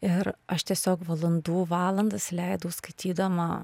ir aš tiesiog valandų valandas leidau skaitydama